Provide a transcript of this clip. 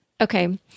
Okay